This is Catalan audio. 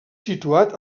situat